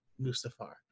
Mustafar